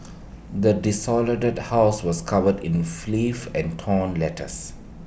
the desolated house was covered in filth and torn letters